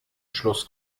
schluss